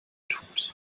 tut